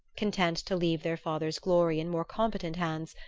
content to leave their father's glory in more competent hands,